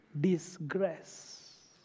disgrace